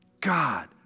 God